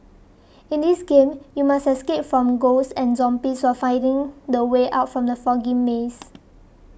in this game you must escape from ghosts and zombies while finding the way out from the foggy maze